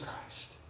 Christ